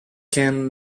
can